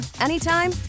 anytime